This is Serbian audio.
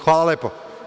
Hvala lepo.